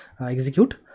execute